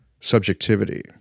subjectivity